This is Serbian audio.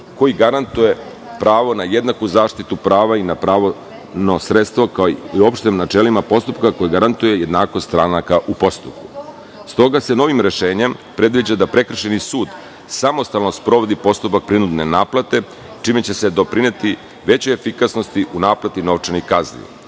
koji garantuje pravo na jednaku zaštitu prava i na pravno sredstvo, kao i uopšte načelima postupka koje garantuje jednakost stranaka u postupku. Stoga se novim rešenjem predviđa da prekršajni sud samostalno sprovodi postupak prinudne naplate, čime će se doprineti većoj efikasnosti u naplati novčanih kazni.